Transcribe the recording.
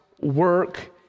work